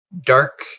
dark